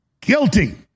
guilty